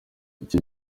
icyo